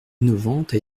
innovantes